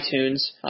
iTunes